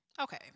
okay